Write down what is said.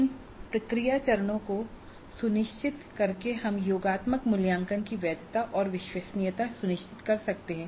इन प्रक्रिया चरणों को सुनिश्चित करके हम योगात्मक मूल्यांकन की वैधता और विश्वसनीयता सुनिश्चित कर सकते हैं